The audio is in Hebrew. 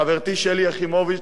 חברתי שלי יחימוביץ,